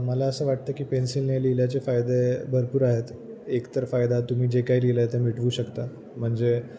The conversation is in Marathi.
मला असं वाटतं की पेन्सिलने लिहिल्याचे फायदे भरपूर आहेत एकतर फायदा तुम्ही जे काय लिहिलं आहे ते मिटवू शकता म्हणजे